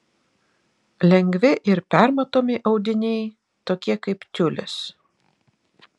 lengvi ir permatomi audiniai tokie kaip tiulis